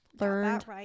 Learned